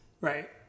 Right